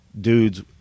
dudes